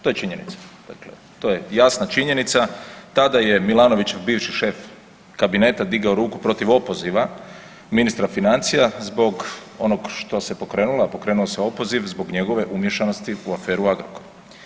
To je činjenica, dakle, to je jasna činjenica, tada je Milanovićev bivši šef kabineta digao ruku protiv opoziva ministra financija zbog onog što se pokrenlo, a pokrenuo se opoziv zbog njegove umiješanosti u aferu Agrokor.